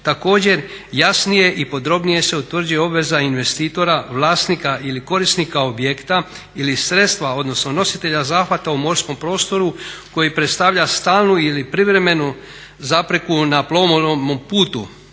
Također jasnije i podrobnije se utvrđuje obveza investitora, vlasnika ili korisnika objekta ili sredstva odnosno nositelja zahvata u morskom prostoru koji predstavlja stalnu ili privremenu zapreku na plovnom putu